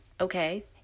Okay